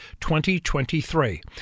2023